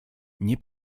nie